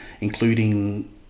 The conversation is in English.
including